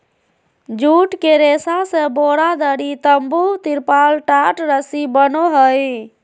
जुट के रेशा से बोरा, दरी, तम्बू, तिरपाल, टाट, रस्सी बनो हइ